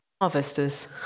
harvesters